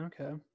okay